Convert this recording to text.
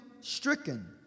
stricken